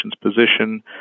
position